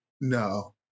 No